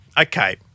Okay